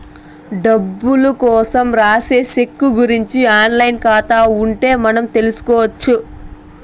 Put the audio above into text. డబ్బులు కోసం రాసే సెక్కు గురుంచి ఆన్ లైన్ ఖాతా ఉంటే మనం తెల్సుకొచ్చు